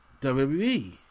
WWE